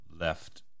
left